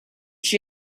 she